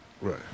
Right